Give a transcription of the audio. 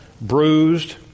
bruised